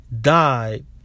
died